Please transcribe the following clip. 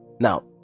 Now